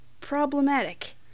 Problematic